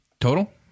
total